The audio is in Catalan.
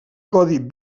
codi